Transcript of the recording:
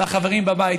והחברים בבית,